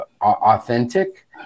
authentic